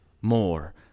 more